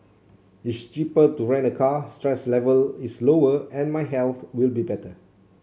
it's cheaper to rent a car stress level is lower and my health will be better